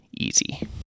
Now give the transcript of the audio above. easy